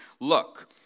Look